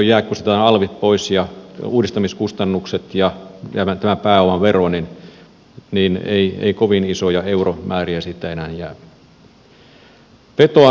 kun siitä on alvit pois ja uudistamiskustannukset ja tämä pääomavero niin ei kovin isoja euromääriä siitä enää jää